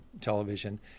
television